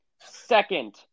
Second